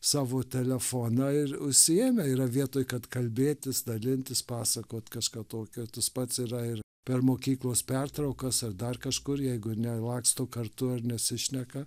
savo telefoną ir užsiėmę yra vietoj kad kalbėtis dalintis pasakot kažką tokio tas pats yra ir per mokyklos pertraukas ar dar kažkur jeigu ne laksto kartu ar nesišneka